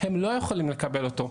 הם לא יכולים לקבל אותו,